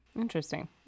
Interesting